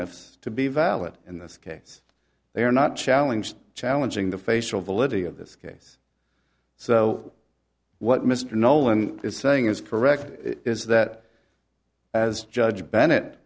fs to be valid in this case they are not challenged challenging the facial validity of this case so what mr nolan is saying is correct is that as judge bennett